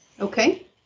Okay